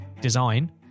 design